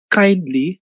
kindly